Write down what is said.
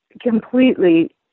completely